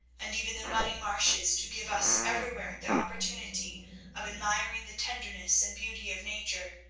and even the muddy marshes, to give us everywhere the opportunity of admiring the tenderness and beauty of nature,